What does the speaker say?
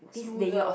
smoother